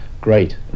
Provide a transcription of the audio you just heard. Great